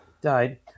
died